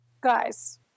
Guys